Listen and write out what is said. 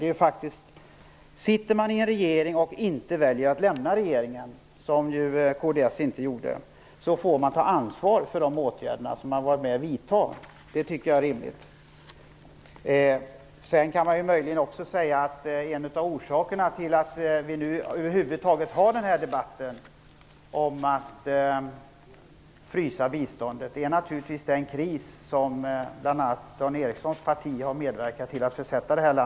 Är man med i en regering och, som kds, väljer att inte lämna den får man ta ansvar för de åtgärder som man varit med om att vidta. Det tycker jag är rimligt. Man kan möjligen också säga att en av orsakerna till att vi nu över huvud taget har denna debatt om att frysa biståndet är naturligtvis den kris som bl.a. Dan Ericssons parti har medverkat till att försätta vårt land i.